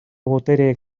botereek